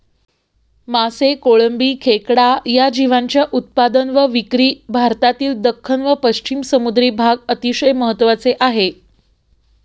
मासे, कोळंबी, खेकडा या जीवांच्या उत्पादन व विक्री भारतातील दख्खन व पश्चिम समुद्री भाग अतिशय महत्त्वाचे आहे